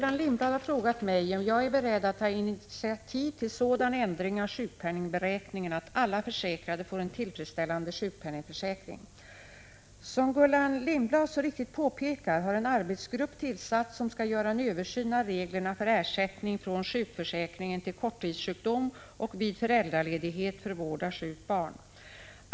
Enligt ett pressmeddelande har socialministern tillsatt en arbetsgrupp som skall göra en översyn av reglerna för ersättning från sjukförsäkringen vid korttidssjukdom och ledighet för vård av sjukt barn.